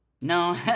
No